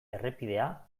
errepidea